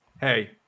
Hey